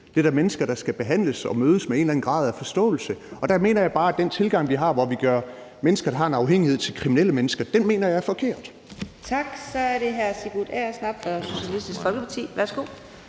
Det er da mennesker, der skal behandles og mødes med en eller anden grad af forståelse, og der mener jeg bare, at den tilgang, vi har, hvor vi gør mennesker, der har en afhængighed, til kriminelle mennesker, er forkert. Kl. 15:10 Fjerde næstformand (Karina Adsbøl): Tak. Så er det hr. Sigurd Agersnap fra Socialistisk Folkeparti. Værsgo.